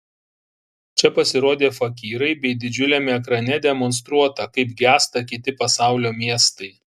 čia pasirodė fakyrai bei didžiuliame ekrane demonstruota kaip gęsta kiti pasaulio miestai